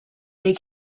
they